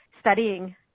studying